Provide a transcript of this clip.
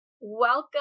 Welcome